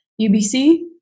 UBC